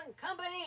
company